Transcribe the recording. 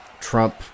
Trump